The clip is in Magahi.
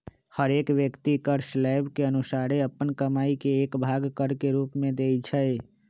हरेक व्यक्ति कर स्लैब के अनुसारे अप्पन कमाइ के एक भाग कर के रूप में देँइ छै